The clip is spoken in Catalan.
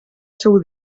seu